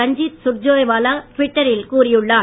ரண்ஜீத் சுர்ஜேவாலா ட்விட்டரில் கூறியுள்ளார்